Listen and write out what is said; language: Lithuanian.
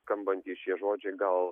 skambantys šie žodžiai gal